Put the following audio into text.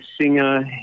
singer